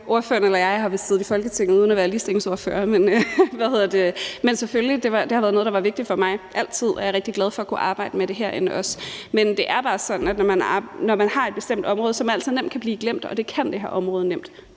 ordføreren eller jeg har vist siddet i Folketinget uden at være ligestillingsordførere, men selvfølgelig er det noget, der altid har været vigtigt for mig, og jeg er rigtig glad for også at kunne arbejde med det herinde. Men det er bare sådan, at når man har et bestemt område, som nemt kan blive glemt – og det kan det her område nemt,